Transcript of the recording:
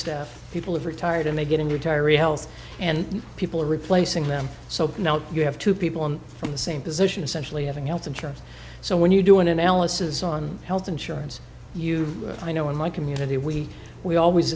staff people have retired and they get in retiree health and people are replacing them so now you have two people in the same position essentially having health insurance so when you do an analysis on health insurance you i know in my community we we always